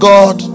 God